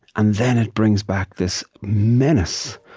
and then it brings back this menace.